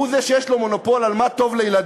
הוא זה שיש לו מונופול על מה טוב לילדינו?